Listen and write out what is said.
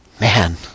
Man